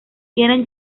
quieren